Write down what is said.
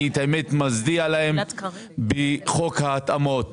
אני את האמת מצדיע להם בחוק ההתאמות,